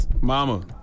Mama